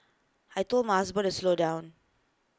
I Told my husband to slow down